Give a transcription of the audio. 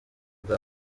bwa